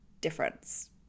difference